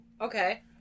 Okay